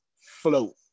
float